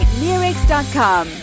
lyrics.com